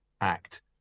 act